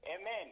Amen